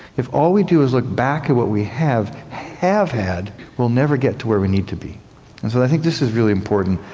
if all we do is look back at what we have have had we will never get to where we need to be. and so i think this is really important,